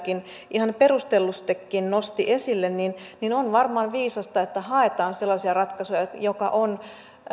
ihan perustellustikin nosti esille niin niin on varmaan viisasta että haetaan sellaisia ratkaisuja jotka ovat